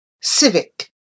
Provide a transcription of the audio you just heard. civic